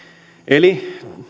eli